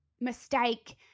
mistake